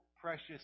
precious